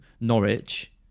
Norwich